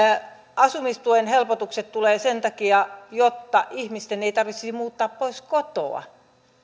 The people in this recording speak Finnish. asumistuen helpotukset tulevat sen takia jotta ihmisten ei tarvitsisi muuttaa pois kotoa